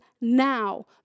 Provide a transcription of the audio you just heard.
now